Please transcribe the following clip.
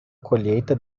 colheita